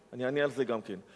אני אענה על זה גם כן.